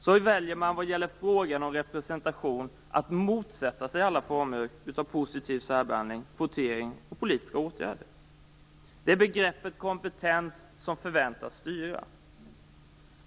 Således väljer man vad gäller frågan om representation att motsätta sig alla former av positiv särbehandling, kvotering och politiska åtgärder. Det är begreppet kompetens som förväntas styra.